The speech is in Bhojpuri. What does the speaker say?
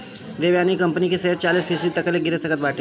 देवयानी कंपनी के शेयर चालीस फीसदी तकले गिर सकत बाटे